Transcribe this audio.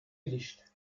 licht